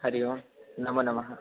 हरिः ओं नमो नमः